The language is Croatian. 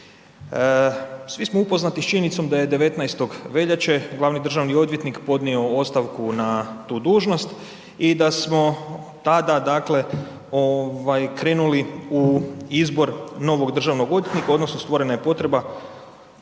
Svi smo upoznati s činjenicom da je 19. veljače glavni državni odvjetnik podnio ostavku na tu dužnost i da smo tada dakle krenuli u izbor novog državnog odvjetnika odnosno stvorena je potreba